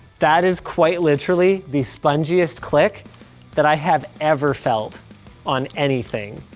that is quite literally the spongiest click that i have ever felt on anything.